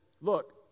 look